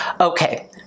Okay